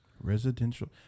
Residential